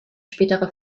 spätere